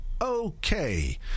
okay